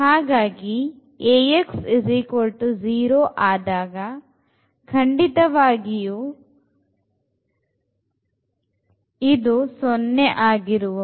ಹಾಗಾಗಿ Ax 0 ಆದಾಗ ಖಂಡಿತವಾಗಿಯೂ 0 ಆಗಿರುವವು